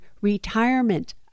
retirement